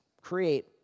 create